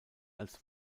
als